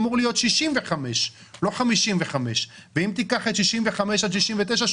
אמור להיות 65 ולא 55. אם תיקח את 65 עד 69,